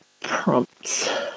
prompts